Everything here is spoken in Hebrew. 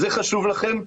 זה חשוב לכם?